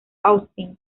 austin